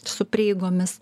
su prieigomis